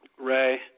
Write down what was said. Ray